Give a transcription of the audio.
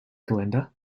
glinda